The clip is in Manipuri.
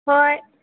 ꯍꯣꯏ